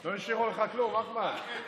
לא השאירו לך כלום, אחמד.